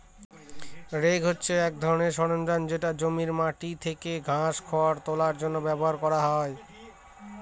rake হছে এক ধরনের সরঞ্জাম যেটা জমির মাটি থেকে ঘাস, খড় তোলার জন্য ব্যবহার করা হয়